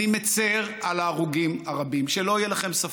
אני מצר על ההרוגים הרבים, שלא יהיה לכם ספק.